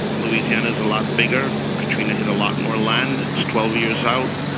louisiana is a lot bigger. katrina hit a lot more land. it's twelve years out,